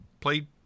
played –